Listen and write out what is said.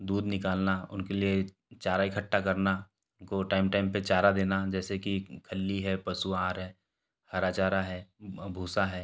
दूध निकालना उनके लिए चारा इकठ्ठा करना उनको टाइम टाइम पे चारा देना जैसे कि खल्ली है पशुहार है हरा चारा है भूसा है